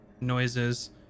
noises